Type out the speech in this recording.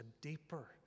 deeper